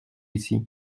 ici